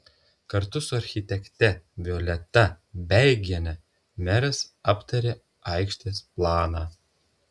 kartu su architekte violeta beigiene meras aptarė aikštės planą